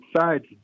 sides